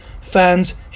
fans